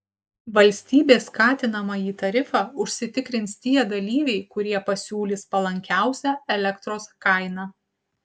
valstybės skatinamąjį tarifą užsitikrins tie dalyviai kurie pasiūlys palankiausią elektros kainą